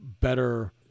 better